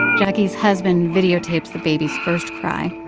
jacquie's husband videotapes the baby's first cry.